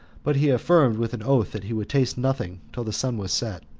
but he affirmed with an oath that he would taste nothing till the sun was set.